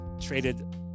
traded